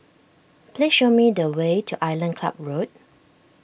please show me the way to Island Club Road